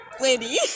lady